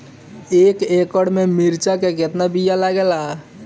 एक एकड़ में मिर्चा का कितना बीज लागेला?